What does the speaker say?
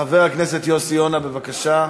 חבר הכנסת יוסי יונה, בבקשה.